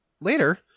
later